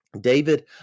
David